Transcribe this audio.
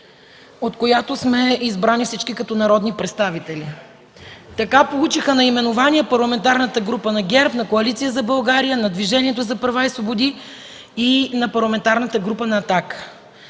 от която сме избрани всички като народни представители. Така получиха наименование Парламентарната група на ГЕРБ, на Коалиция за България, на Движението за права и свободи и на Парламентарната група на